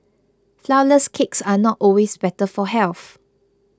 Flourless Cakes are not always better for health